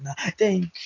Thank